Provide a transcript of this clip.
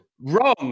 Wrong